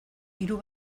hiru